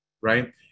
Right